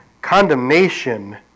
Condemnation